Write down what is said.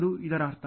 ಅದು ಇದರ ಅರ್ಥ